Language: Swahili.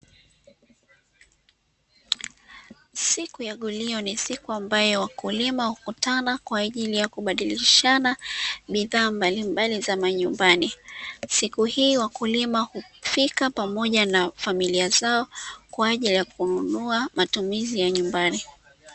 Siku ya gulio ni siku ambayo wakulima hukutana kwa ajili ya kubadilishana bidhaa mbalimbali za majumbani. Siku hii wakulima hufika pamoja na familia zao kwa ajili ya kununua matumizi ya nyumbani.